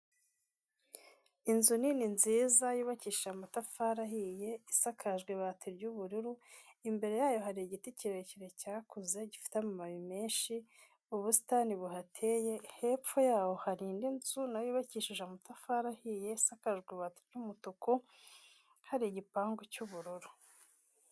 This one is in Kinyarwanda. Inzu nini nziza yubakishije amatafari ahiye, isakajwe ibati ry'ubururu, imbere yayo hari igiti kirekire cyakuze gifite amababi menshi, ubusitani buhateye, hepfo yaho hari indi nzu na yo yubakishije amatafari ahiye, isakajwe ibati ry'umutuku, hari igipangu cy'ubururu.